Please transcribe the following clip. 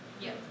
Yes